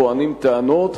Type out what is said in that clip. טוענים טענות,